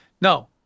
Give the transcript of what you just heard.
No